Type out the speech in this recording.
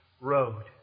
road